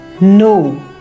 No